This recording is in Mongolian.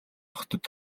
хотод